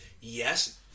Yes